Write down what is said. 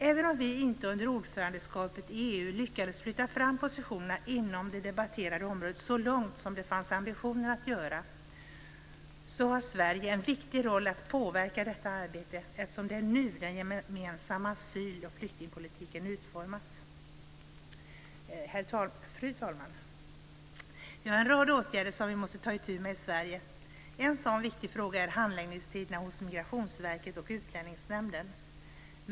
Även om vi inte under ordförandeskapet i EU lyckades flytta fram positionerna inom det debatterade området så långt som det fanns ambitioner att göra, har Sverige en viktig roll när det gäller att påverka detta arbete, eftersom det är nu den gemensamma asyl och flyktingpolitiken utformas. Fru talman! Vi har en rad åtgärder som vi måste ta itu med i Sverige. En sådan viktig fråga är handläggningstiderna hos Migrationsverket och Utlänningsnämnden.